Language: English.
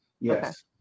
Yes